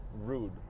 rude